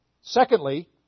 Secondly